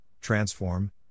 transform